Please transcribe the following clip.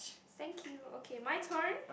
thank you okay my turn